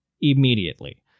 immediately